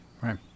right